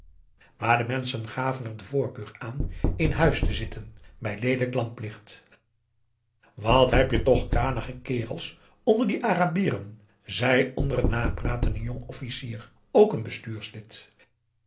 maar de menschen gaven er de voorkeur aan in huis te zitten bij leelijk lamplicht wat heb je toch kranige kerels onder die arabieren zei onder het napraten een jong officier ook n bestuurslid